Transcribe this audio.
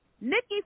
Nikki